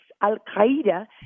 Al-Qaeda